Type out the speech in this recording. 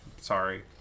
Sorry